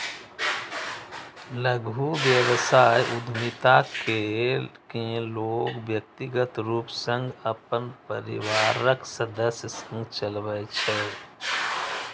लघु व्यवसाय उद्यमिता कें लोग व्यक्तिगत रूप सं अपन परिवारक सदस्य संग चलबै छै